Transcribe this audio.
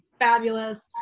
Fabulous